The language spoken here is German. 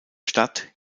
stadt